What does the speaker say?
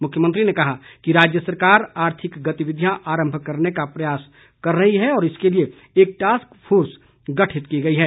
मुख्यमंत्री ने कहा कि राज्य सरकार आर्थिक गतिविधियां आरम्भ करने का प्रयास कर रही है और इसके लिए एक टास्क फोर्स गठित की गई है